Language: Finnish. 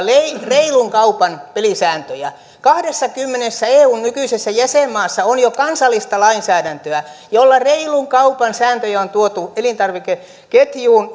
reilun kaupan pelisääntöjä kahdessakymmenessä eun nykyisessä jäsenmaassa on jo kansallista lainsäädäntöä jolla reilun kaupan sääntöjä on tuotu elintarvikeketjuun